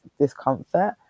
discomfort